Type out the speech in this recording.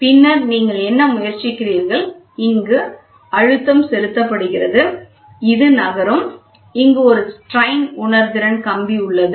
பின்னர் நீங்கள் என்ன செய்ய முயற்சிக்கிறீர்கள் இங்கு அழுத்தம் செலுத்தப்படுகிறது இது நகரும் இங்கு ஒரு திரிபு உணர்திறன் கம்பி உள்ளது